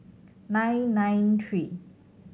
nine nine three